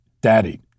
daddy